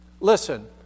Listen